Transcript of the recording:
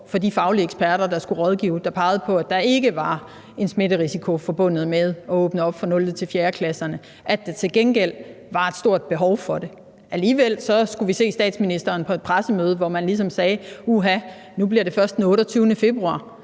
fra de faglige eksperter, der skulle rådgive, som pegede på, at der ikke var en smitterisiko forbundet med at åbne op for 0.-4. klasserne, men at der til gengæld var et stort behov for det. Alligevel skulle vi se statsministeren på et pressemøde, hvor man ligesom sagde: Uha, nu bliver det først den 28. februar.